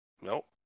Nope